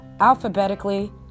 alphabetically